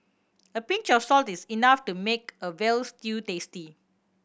a pinch of salt is enough to make a veal stew tasty